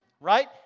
Right